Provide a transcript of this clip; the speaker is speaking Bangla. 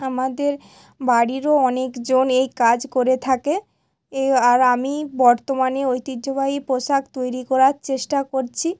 আমাদের বাড়িরও অনেকজন এই কাজ করে থাকে এ আর আমি বর্তমানে ঐতিহ্যবাহী পোশাক তৈরি করার চেষ্টা করছি